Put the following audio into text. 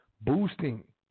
boosting